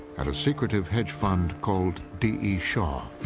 at a secretive hedge fund called d e. shaw.